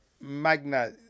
Magna